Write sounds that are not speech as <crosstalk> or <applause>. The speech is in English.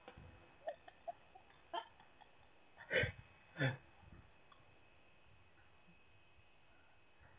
<laughs>